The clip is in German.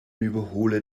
überhole